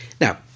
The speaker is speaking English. Now